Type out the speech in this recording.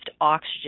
oxygen